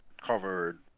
covered